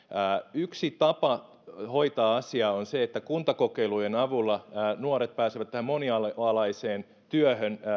yksi tapa hoitaa asia on se että kuntakokeilujen avulla nuoret pääsevät tähän monialaiseen työhön